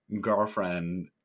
girlfriend